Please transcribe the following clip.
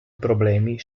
problemi